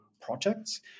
projects